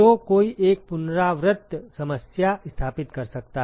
तो कोई एक पुनरावृत्त समस्या स्थापित कर सकता है